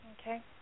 Okay